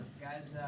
Guys